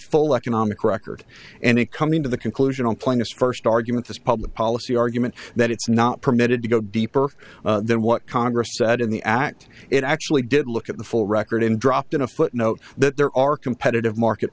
full economic record and coming to the conclusion on playing us first argument this public policy argument that it's not permitted to go deeper than what congress said in the act it actually did look at the full record and dropped in a footnote that there are competitive market